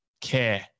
care